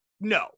No